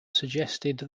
suggested